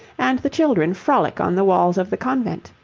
and the children frolic on the walls of the convent.